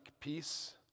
peace